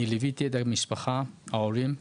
אני ליוויתי את המשפחה, ההורים,